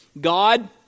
God